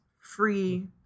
free